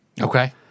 Okay